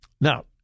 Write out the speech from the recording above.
Now